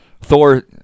Thor